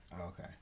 okay